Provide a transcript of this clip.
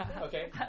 Okay